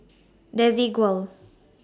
Desigual